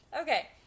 Okay